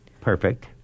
Perfect